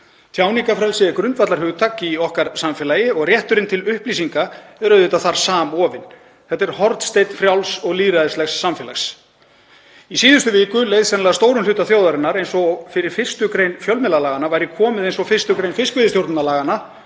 Tjáningarfrelsi er grundvallarhugtak í okkar samfélagi og rétturinn til upplýsinga er auðvitað þar samofinn. Þetta er hornsteinn frjáls og lýðræðislegs samfélags. Í síðustu viku leið sennilega stórum hluta þjóðarinnar eins og fyrir 1. gr. fjölmiðlalaganna væri komið eins og 1. gr. fiskveiðistjórnarlaganna,